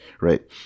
right